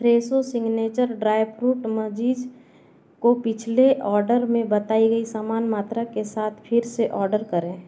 Fresho signature dry fruit मजीज़ को पिछले ऑर्डर में बताई गई समान मात्रा के साथ फिर से ऑर्डर करें